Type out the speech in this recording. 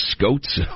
Scotes